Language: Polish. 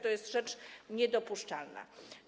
To jest rzecz niedopuszczalna.